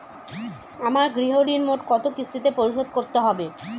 আমার গৃহঋণ মোট কত কিস্তিতে পরিশোধ করতে হবে?